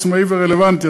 עצמאי ורלוונטי.